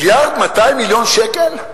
מיליון שקל?